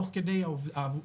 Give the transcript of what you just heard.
תוך כדי העבודה,